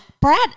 Brad